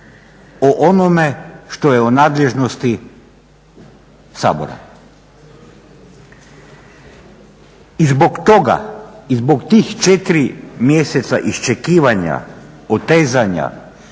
o onome što je u nadležnosti Sabora? I zbog toga i zbog tih četiri mjeseca iščekivanja, otezanja